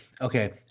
okay